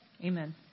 Amen